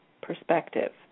perspective